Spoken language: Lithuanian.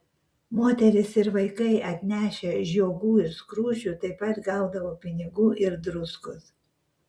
moterys ir vaikai atnešę žiogų ir skruzdžių taip pat gaudavo pinigų ir druskos